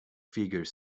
figure